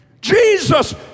Jesus